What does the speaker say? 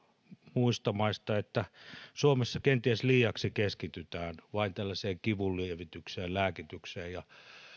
muista maista että suomessa kenties liiaksi keskitytään vain kivunlievitykseen lääkitykseen ja